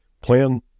Plan